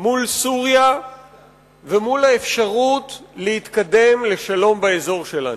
מול סוריה ומול האפשרות להתקדם לשלום באזור שלנו.